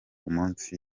umunsi